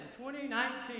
2019